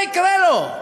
מה יקרה לו?